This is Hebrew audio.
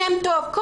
השם הטוב,